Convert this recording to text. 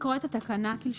צריך לקרוא את התקנה כלשונה.